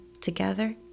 together